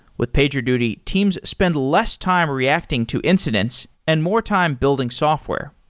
with pagerduty, teams spend less time reacting to incidents and more time building software.